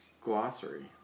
glossary